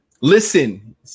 Listen